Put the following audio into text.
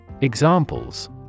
Examples